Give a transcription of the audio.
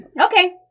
Okay